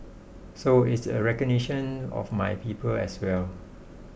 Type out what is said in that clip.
so it's a recognition of my people as well